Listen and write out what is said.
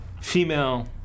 female